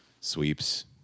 sweeps